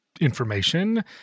information